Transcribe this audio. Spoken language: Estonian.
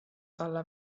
talle